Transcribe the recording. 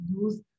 use